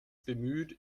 bemüht